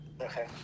Okay